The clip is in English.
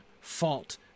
fault